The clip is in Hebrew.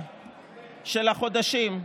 בדינמיקה של החודשים.